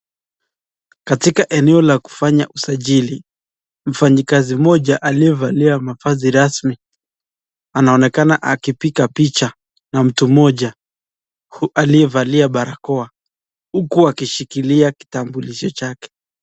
Katika eneo la kufanya usajili, mfanyikazi mmoja aliyevalia mavazi rasmi anaonekana akipiga picha na mtu mmoja aliyevalia barakoa uku akishikilia kitambulisho chake.